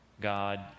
god